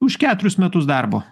už keturis metus darbo